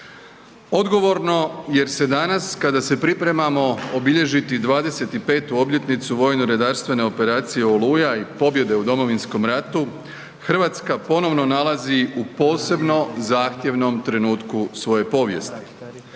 Odgovorno jer se danas kada se pripremamo obilježiti 25 obljetnicu vojno redarstvene operacije Oluja i pobjede u Domovinskom ratu, Hrvatska ponovno nalazi u posebno zahtjevnom trenutku svoje povijesti.